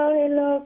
hello